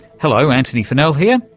hello antony funnell here,